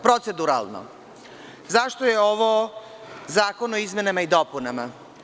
Proceduralno, zašto je ovo zakon o izmenama i dopunama?